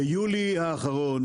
ביולי האחרון